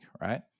right